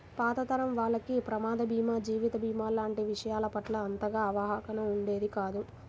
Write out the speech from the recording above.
పాత తరం వాళ్లకి ప్రమాద భీమా, జీవిత భీమా లాంటి విషయాల పట్ల అంతగా అవగాహన ఉండేది కాదు